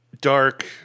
dark